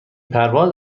پرواز